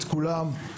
את כולם,